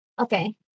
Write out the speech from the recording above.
Okay